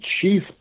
chief